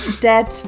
dead